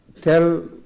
tell